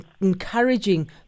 encouraging